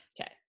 okay